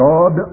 God